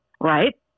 Right